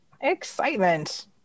Excitement